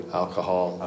alcohol